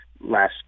last